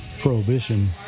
prohibition